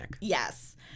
Yes